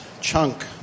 chunk